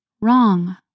Wrong